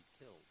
killed